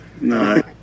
No